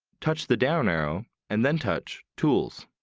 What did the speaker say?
touch the down arrow and then touch tools.